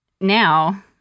now